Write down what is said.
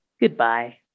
goodbye